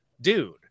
dude